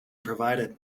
provided